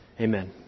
Amen